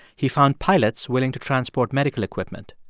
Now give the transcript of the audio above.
he found pilots willing to transport medical equipment.